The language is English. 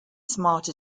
smarter